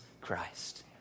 Christ